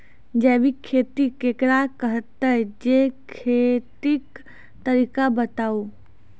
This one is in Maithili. जैबिक खेती केकरा कहैत छै, खेतीक तरीका बताऊ?